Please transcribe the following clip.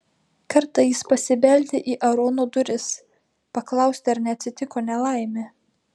kartą jis pasibeldė į aarono duris paklausti ar neatsitiko nelaimė